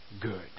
good